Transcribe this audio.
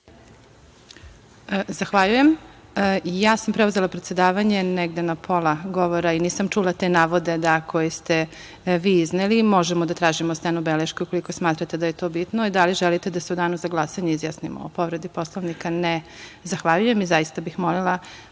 Zahvaljujem. Preuzela sam predsedavanje negde na pola govora i nisam čula te navode koje ste vi izneli. Možemo da tražimo steno beleške, ako smatrate da je to bitno. Da li želite da se u danu za glasanje izjasnimo o povredi Poslovnika? (Ne.)Zahvaljujem. Zaista bih molila